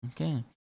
Okay